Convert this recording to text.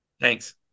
Thanks